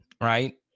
right